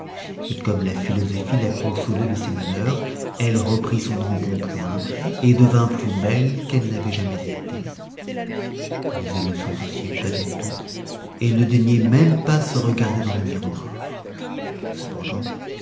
et comme la philosophie la consolait de ses malheurs elle reprit son embonpoint et devint plus belle qu'elle n'avait jamais été mais elle ne s'en souciait pas du tout et ne daignait pas même se regarder dans le miroir cependant